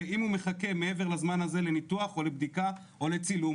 אם הוא מחכה מעבר לזמן הזה לניתוח או לבדיקה או לצילום,